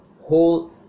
whole